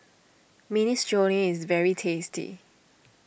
Minestrone is very tasty